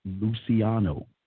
Luciano